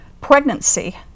pregnancy